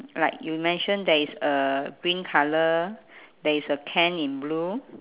like you mentioned there is a green colour there is a can in blue